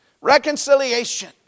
Reconciliation